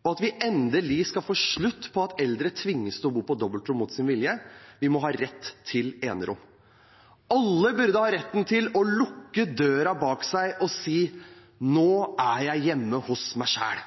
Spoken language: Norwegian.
og at vi endelig skal få slutt på at eldre tvinges til å bo på dobbeltrom mot sin vilje. De må ha rett til enerom. Alle burde ha rett til å lukke døra bak seg og si: Nå er jeg hjemme hos meg selv.